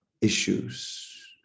issues